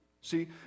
See